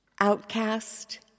outcast